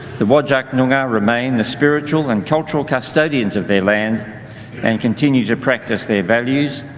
the whadjuk noongar remain the spiritual and cultural custodians of their land and continue to practice their values,